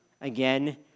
again